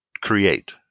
create